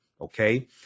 Okay